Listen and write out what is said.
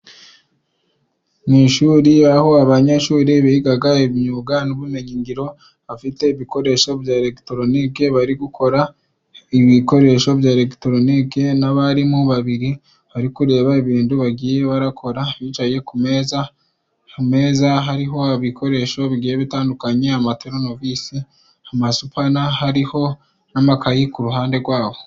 Mu ishuri aho abanyeshuri bigaga imyuga n'ubumenyingiro, bafite ibikoresho bya elegitoroniki bari gukora. Ibi ibikoresho bya elegitoroniki n'abarimu babiri bari kureba ibindu bagiye barakora bicaye ku meza. Ku meza hariho ibikoresho bigiye bitandukanye, amaturunovisi, amasupana hariho n'amakaye ku ruhande rwabo.